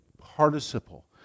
participle